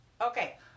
Okay